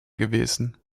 gewesen